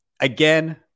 again